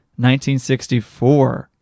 1964